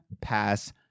pass